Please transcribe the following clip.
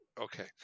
Okay